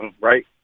right